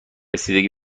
دیگری